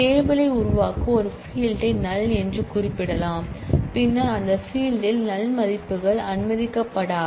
table யை உருவாக்க ஒரு ஃபீல்டை NULL என்று குறிப்பிடலாம் பின்னர் அந்த ஃபீல்ட் ல் நல் மதிப்புகள் அனுமதிக்கப்படாது